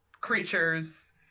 creatures